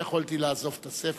אבל לא יכולתי לעזוב את הספר.